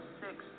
six